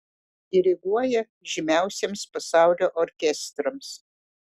diriguoja žymiausiems pasaulio orkestrams